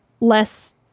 less